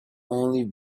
only